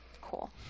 cool